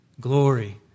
Glory